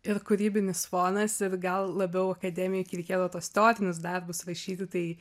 ir kūrybinis fonas ir gal labiau akademijoj kai reikėdavo tuos teorinius darbus rašyti tai